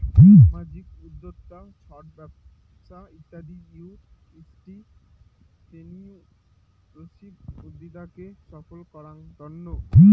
সামাজিক উদ্যক্তা, ছট ব্যবছা ইত্যাদি হউ এন্ট্রিপ্রেনিউরশিপ উদ্যোক্তাকে সফল করাঙ তন্ন